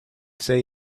say